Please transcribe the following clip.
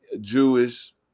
jewish